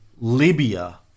Libya